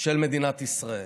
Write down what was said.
של מדינת ישראל.